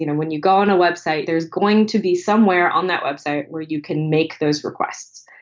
you know when you go on a web site, there's going to be somewhere on that website where you can make those requests.